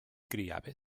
criava